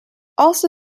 also